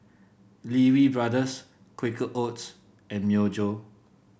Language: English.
Lee Wee Brothers Quaker Oats and Myojo